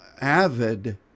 avid